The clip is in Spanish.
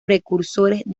precursores